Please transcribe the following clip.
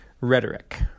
rhetoric